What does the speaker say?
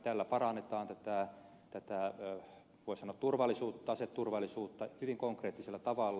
tällä parannetaan tätä voi sanoa aseturvallisuutta hyvin konkreettisella tavalla